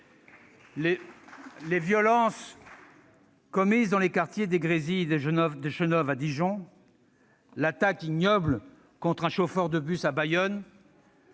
Les violences commises dans les quartiers des Grésilles et de Chenôve à Dijon, l'attaque ignoble contre un chauffeur de bus à Bayonne,